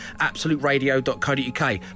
absoluteradio.co.uk